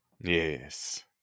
yes